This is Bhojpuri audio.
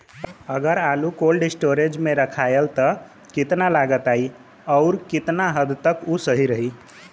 अगर आलू कोल्ड स्टोरेज में रखायल त कितना लागत आई अउर कितना हद तक उ सही रही?